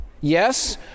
Yes